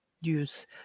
use